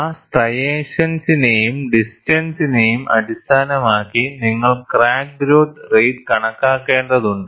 ആ സ്ട്രിയേഷൻസിനേയും ഡിസ്റ്റൻസിനെയും അടിസ്ഥാനമാക്കി നിങ്ങൾ ക്രാക്ക് ഗ്രോത്ത് റേറ്റ് കണക്കാക്കേണ്ടതുണ്ട്